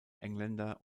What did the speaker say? engländer